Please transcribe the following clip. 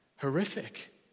horrific